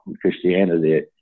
Christianity